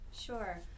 Sure